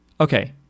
Okay